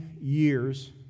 years